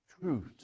truth